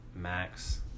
Max